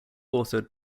authored